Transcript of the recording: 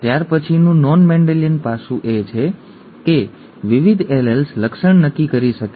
ત્યાર પછીનું non Mendelian પાસું એ છે કે બહુવિધ એલેલ્સ લક્ષણ નક્કી કરી શકે છે